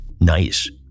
Nice